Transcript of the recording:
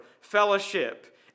fellowship